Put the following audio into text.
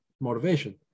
motivation